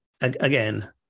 again